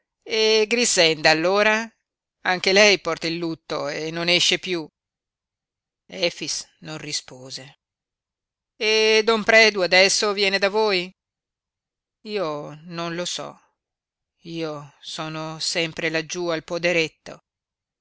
e grixenda allora anche lei porta il lutto e non esce piú efix non rispose e don predu adesso viene da voi io non lo so io sono sempre laggiú al poderetto